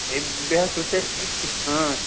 तेभ्यः कृते किं हा